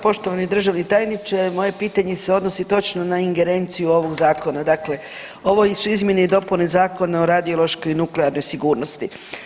Poštovani državni tajniče, moje pitanje se odnosi točno na ingerenciju ovog zakona, dakle ovo su izmjene i dopuna Zakona o radiološkoj i nuklearnoj sigurnosti.